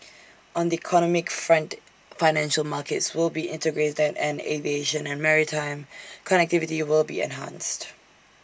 on the economic front financial markets will be integrated and aviation and maritime connectivity will be enhanced